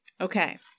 Okay